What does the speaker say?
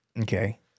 Okay